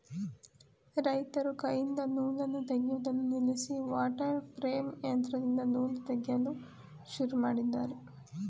ರೈತರು ಕೈಯಿಂದ ನೂಲನ್ನು ತೆಗೆಯುವುದನ್ನು ನಿಲ್ಲಿಸಿ ವಾಟರ್ ಪ್ರೇಮ್ ಯಂತ್ರದಿಂದ ನೂಲು ತೆಗೆಯಲು ಶುರು ಮಾಡಿದ್ದಾರೆ